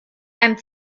einem